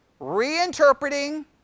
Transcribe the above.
reinterpreting